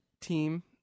team